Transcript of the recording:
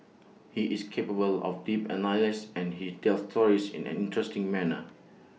he is capable of deep analysis and he tells stories in an interesting manner